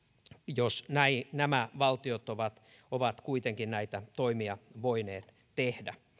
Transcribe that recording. jos nämä valtiot ovat ovat kuitenkin näitä toimia voineet tehdä